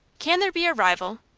can there be a rival?